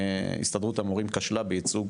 הסתדרות המורים כשלה בייצוג